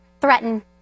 threaten